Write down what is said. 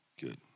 Good